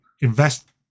invest